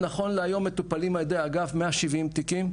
נכון להיום מטופלים על ידי האגף 170 תיקים.